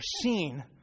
seen